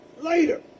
later